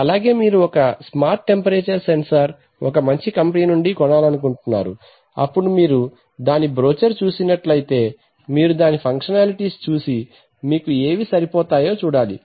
అలాగే మీరు ఒక స్మార్ట్ టెంపరేచర్ సెన్సార్ ఒక మంచి కంపెనీ నుండి కొనాలనుకుంటున్నారు అప్పుడు మీరు దాని బ్రోచర్ చూసినట్టయితే మీరు దాని ఫంక్షనాలిటీస్ చూసి మీకు ఏవి సరిపోతాయో చూడాలి